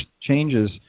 changes